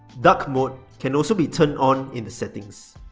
dark mode can also be turned on in the settings.